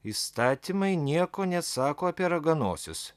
įstatymai nieko nesako apie raganosius